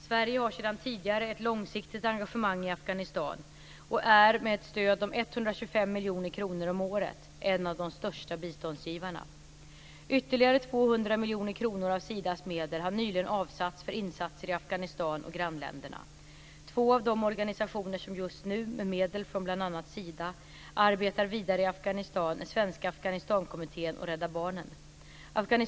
Sverige har sedan tidigare ett långsiktigt engagemang i Afghanistan och är, med ett stöd om 125 miljoner kronor om året, en av de största biståndsgivarna. Ytterligare 200 miljoner kronor av Sidas medel har nyligen avsatts för insatser i Afghanistan och grannländerna. Två av de organisationer som just nu, med medel från bl.a. Sida, arbetar vidare i Afghanistan är Svenska Afghanistankommittén och Svenska Rädda Barnen.